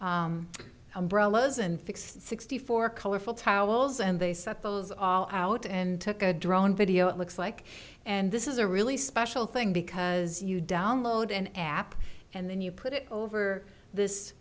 and sixty four colorful towels and they set those all out and took a drone video it looks like and this is a really special thing because you download an app and then you put it over this